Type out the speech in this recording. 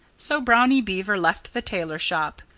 so brownie beaver left the tailor-shop.